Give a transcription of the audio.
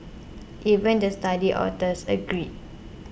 even the study authors agreed